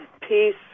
peace